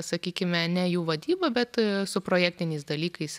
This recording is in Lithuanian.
sakykime ne jų vadyba bet su projektiniais dalykais